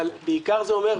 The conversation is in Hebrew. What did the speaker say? בעיקר זה אומר,